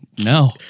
No